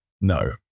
No